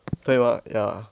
对吗 ya